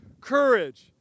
courage